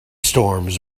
storms